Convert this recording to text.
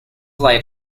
light